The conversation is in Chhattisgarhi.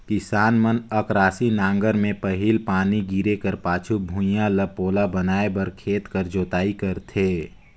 किसान मन अकरासी नांगर मे पहिल पानी गिरे कर पाछू भुईया ल पोला बनाए बर खेत कर जोताई करथे